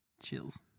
Chills